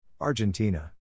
Argentina